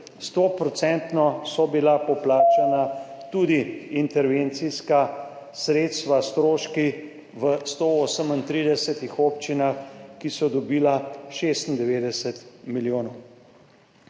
100 % so bila poplačana tudi intervencijska sredstva – stroški v 138 občinah, ki so dobile 96 milijonov.